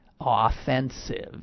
offensive